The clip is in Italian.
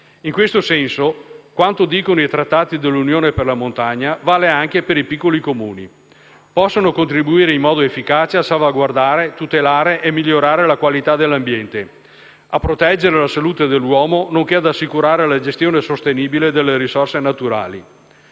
In questo senso, quanto dicono i trattati dell'Unione per la montagna vale anche per i piccoli Comuni: possono contribuire in modo efficace a salvaguardare, tutelare e migliorare la qualità dell'ambiente, a proteggere la salute dell'uomo nonché ad assicurare la gestione sostenibile delle risorse naturali.